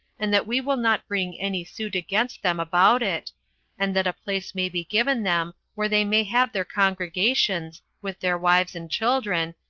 and that we will not bring any suit against them about it and that a place may be given them where they may have their congregations, with their wives and children,